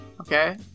Okay